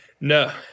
No